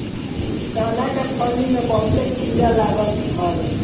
चना के फली में बहुते कीड़ा लागत हवे